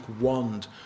wand